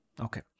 okay